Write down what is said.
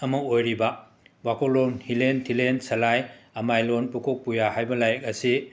ꯑꯃ ꯑꯣꯏꯔꯤꯕꯥ ꯋꯥꯀꯣꯛꯂꯣꯟ ꯍꯤꯂꯦꯟ ꯊꯤꯂꯦꯟ ꯁꯂꯥꯏ ꯑꯃꯥꯏꯂꯣꯟ ꯄꯨꯀꯣꯛ ꯄꯨꯌꯥ ꯍꯥꯏꯕ ꯂꯥꯏꯔꯤꯛ ꯑꯁꯤ